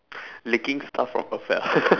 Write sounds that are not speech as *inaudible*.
licking stuff from afar *laughs*